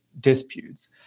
disputes